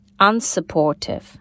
unsupportive